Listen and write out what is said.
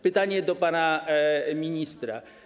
Pytanie do pana ministra.